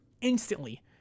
instantly